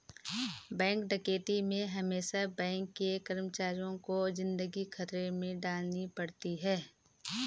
bank डकैती में हमेसा बैंक के कर्मचारियों को जिंदगी खतरे में डालनी पड़ती है